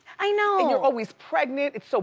i know. and you're always pregnant, it's so